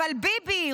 אבל ביבי,